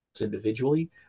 individually